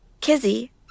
Kizzy